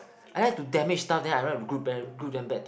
I like to damage stuff then I like to group them group them back to